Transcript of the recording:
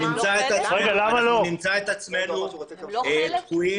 אנחנו נמצא את עצמנו תקועים